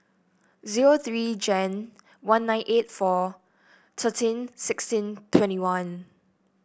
zero three Jan one nine eight four thirteen sixteen twenty one